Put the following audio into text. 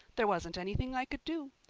there wasn't anything i could do.